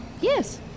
Yes